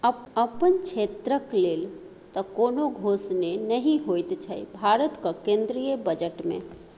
अपन क्षेत्रक लेल तँ कोनो घोषणे नहि होएत छै भारतक केंद्रीय बजट मे